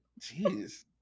jeez